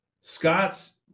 Scott's